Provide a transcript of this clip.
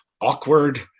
awkward